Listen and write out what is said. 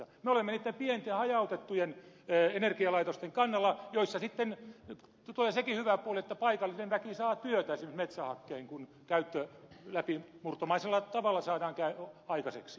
me olemme niitten pienten hajautettujen energialaitosten kannalla joissa tulee sekin hyvä puoli että paikallinen väki saa työtä esimerkiksi metsähakkeista kun niiden käyttö läpimurtomaisella tavalla saadaan aikaiseksi